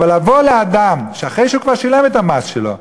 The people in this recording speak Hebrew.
אבל לבוא לאדם שאחרי שהוא כבר שילם את המס שלו,